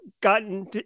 gotten